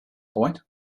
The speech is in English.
point